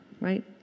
Right